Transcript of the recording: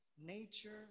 nature